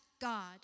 God